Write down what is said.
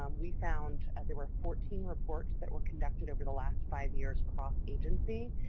um we found and there were fourteen reports that were conducted over the last five years cross-agency,